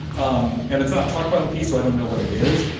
um and it's not talked about in pe. so i don't know what it is.